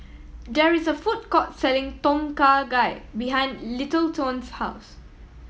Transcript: there is a food court selling Tom Kha Gai behind Littleton's house